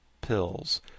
pills